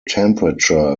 temperature